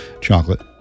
chocolate